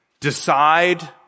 decide